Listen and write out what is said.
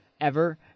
ever-